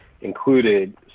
included